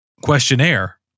questionnaire